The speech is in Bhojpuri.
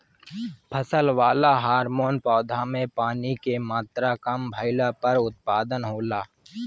फसल वाला हॉर्मोन पौधा में पानी के मात्रा काम भईला पर उत्पन्न होला